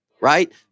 Right